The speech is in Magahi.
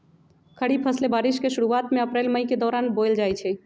खरीफ फसलें बारिश के शुरूवात में अप्रैल मई के दौरान बोयल जाई छई